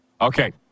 Okay